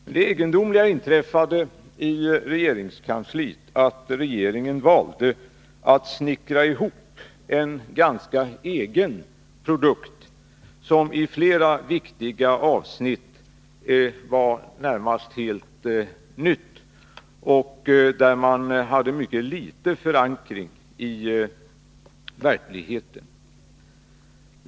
Det egendomliga inträffade emellertid att regeringen valde att snickra ihop en ganska egen produkt, som i flera viktiga avseenden var nästan helt ny till sitt innehåll och som hade föga förankring i verkligheten.